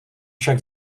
však